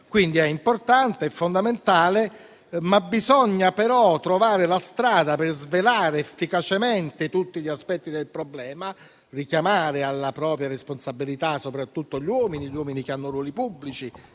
quindi importante, fondamentale, ma bisogna trovare la strada per svelare efficacemente tutti gli aspetti del problema, richiamare alla propria responsabilità soprattutto gli uomini, quelli che hanno ruoli pubblici,